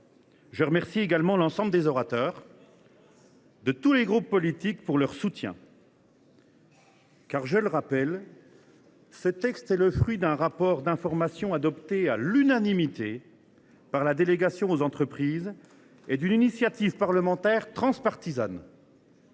Je remercie également l’ensemble des orateurs, de tous les groupes politiques, de leur soutien. Ce texte est le fruit d’un rapport d’information adopté à l’unanimité par la délégation sénatoriale aux entreprises et d’une initiative parlementaire transpartisane.